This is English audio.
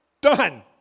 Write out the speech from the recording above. done